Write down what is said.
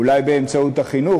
אולי באמצעות החינוך,